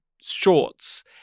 shorts